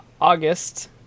august